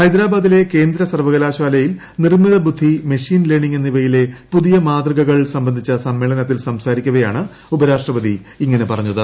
ഹൈദ്രാബാദിലെ കേന്ദ്ര സർവകലാശാലയിൽ നിർമ്മിത ബുദ്ധി മെഷീൻ ലേണിംഗ് എന്നിവയിലെ പുതിയ മാതൃകകൾ സംബന്ധിച്ച സമ്മേളനത്തിൽ സംസാരിക്കവേയാണ് ഉപരാഷ്ട്രപതി ഇങ്ങനെ പറഞ്ഞത്